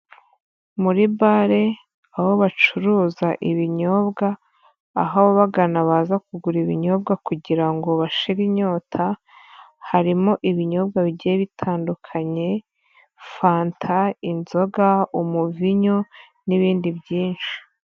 Muri bale, aho bacuruza ibinyobwa, aho abagana baza kugura ibinyobwa kugira ngo bashire inyota, harimo ibinyobwa bigiye bitandukanye, fanta, inzoga, umuvinyu n'ibindi byinshi.